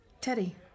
Teddy